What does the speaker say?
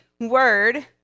word